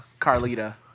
Carlita